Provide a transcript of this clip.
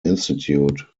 institute